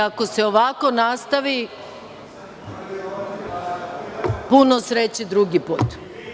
Ako se ovako nastavi, puno sreće drugi put.